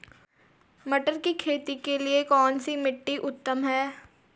मटर की खेती के लिए कौन सी मिट्टी उत्तम है?